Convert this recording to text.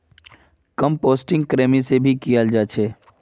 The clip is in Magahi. कम्पोस्टिंग कृमि से भी कियाल जा छे